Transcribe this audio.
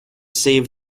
save